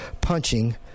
punching